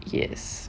yes